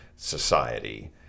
society